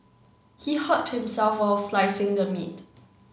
he hurt himself while slicing the meat